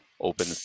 open